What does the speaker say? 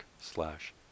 slash